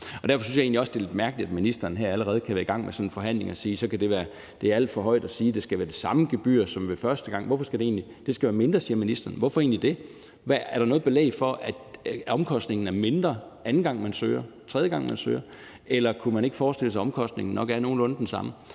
Og derfor synes jeg egentlig også, det er lidt mærkeligt, at ministeren her allerede sætter i gang med sådan en forhandling og siger, at det er alt for højt at sige, at det skal være det samme gebyr som ved første gang. Det skal være mindre, siger ministeren. Hvorfor egentlig det? Er der noget belæg for, at omkostningen er mindre, anden gang man søger, eller tredje gang man søger? Eller kunne man ikke forestille sig, at omkostningen nok er nogenlunde den samme?